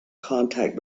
contact